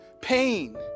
pain